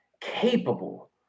capable